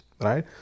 right